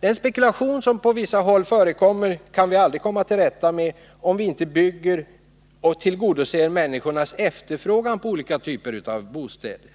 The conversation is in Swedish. Den spekulation som på vissa håll förekommer kan vi aldrig komma till rätta med, om vi inte bygger och tillgodoser människornas efterfrågan på olika typer av bostäder.